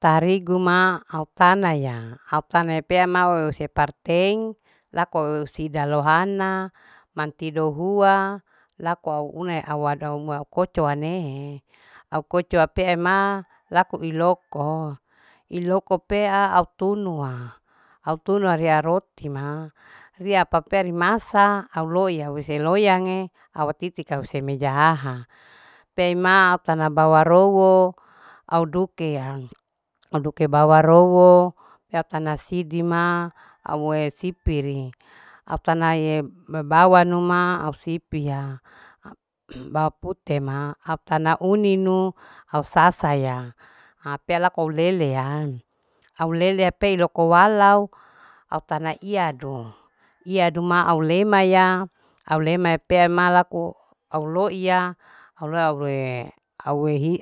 Tarigu ma autan na ya au tana pea mau use parteng lakou usida lohana mantido hua lako au une au wada koco anehe au koco ape ma laku iloko, iloko pea au tunua. au tunu au rea rotima ria pape anu masa au loiya au seloyange au titika kause mejahaha pe ima auktana bawa rowo au dukea au duke bawa rowo pea au tana sidima aue sipiri au tana iye babawanu ma au sipia baw putema na nauninu au sasaya au pea lako uleleya au leleya pei loko walau au tana iyadu, iyadu ma au lemaya. au lema pe ema laku au loiya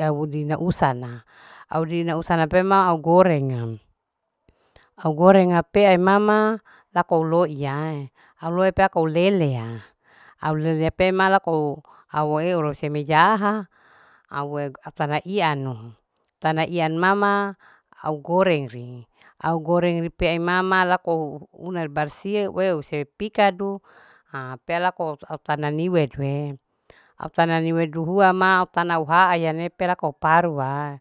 au dina usana, au dina usana au gorenga au gorenga pe ena lako loiya au loi au loi auhi audina usana audina usana pema au gorenga au gorenga ape e mama lako lo iyai aloy pa la koi leleya au leleya pe ema lako au eu semejahaha aue au atara iyanu au tana iyan mama au goreng ri. au goreng pe mama lako una barsih. weu se pikadu ha peelako au tana niwedue. aktana niweduaha ma au tana nuhua ma au tana huaa aiya nako paruwae